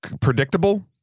predictable